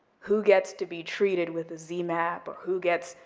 who gets to be treated with the zmapp, or who gets,